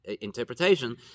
interpretation